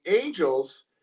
Angels